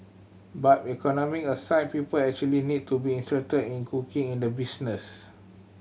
but economic aside people actually need to be interested in cooking in the business